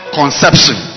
conception